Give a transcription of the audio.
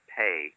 pay